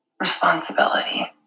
Responsibility